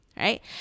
right